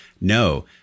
No